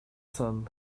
sun